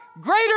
greater